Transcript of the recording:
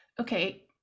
okay